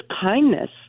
kindness